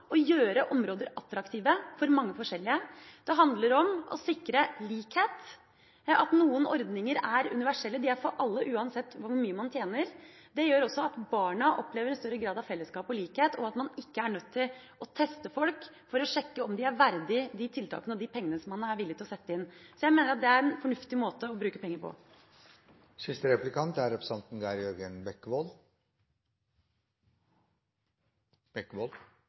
å gjøre områder attraktive for mange forskjellige. Det handler om å sikre likhet ved at noen ordninger er universelle – de er for alle, uansett hvor mye man tjener. Det gjør også at barna opplever en større grad av fellesskap og likhet, og at man ikke er nødt til å teste folk for å sjekke om de er verdig de tiltakene og de pengene man er villig til å sette inn. Så jeg mener det er en fornuftig måte å bruke penger på. Det er